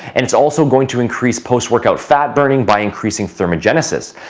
and it's also going to increase post-workout fat burning by increasing thermogenesis.